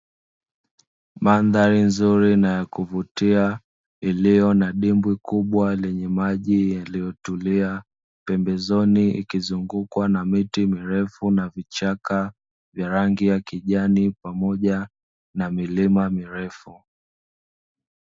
Mandhari nzuri ya kuvutia, iliyo na dimbwi lenye maji yaliyotulia. Pembezoni ikizungukwa na miti mirefu na vichaka, vya rangi ya kijani pamoja na vilima virefu.